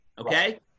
Okay